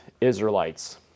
Israelites